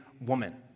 woman